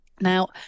Now